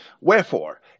Wherefore